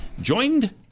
joined